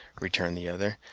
returned the other,